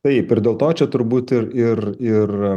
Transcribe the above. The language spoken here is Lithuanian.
taip ir dėl to čia turbūt ir ir ir